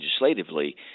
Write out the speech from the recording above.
legislatively